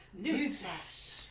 newsflash